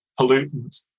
pollutants